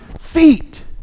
feet